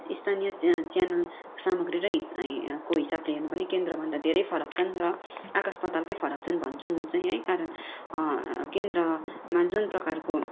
स्थानीय च्यानल सामग्री र को हिसाबले हेर्नु भने केन्द्रभन्दा धेरै फरक छन् र आकास पातलकै फरक छन् भन्छु म चाहिँ यही कारण केन्द्रमा जुन प्रकारको